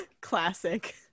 classic